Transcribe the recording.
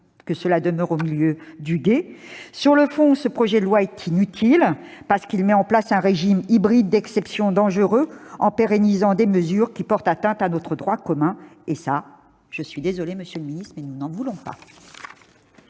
resterions ainsi au milieu du gué. Sur le fond, ce projet de loi est inutile, parce qu'il met en place un régime d'exception hybride et dangereux, en pérennisant des mesures qui portent atteinte à notre droit commun. Et cela, j'en suis désolée, monsieur le ministre, mais nous n'en voulons pas